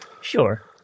Sure